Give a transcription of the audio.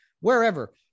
wherever